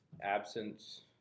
absence